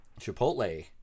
Chipotle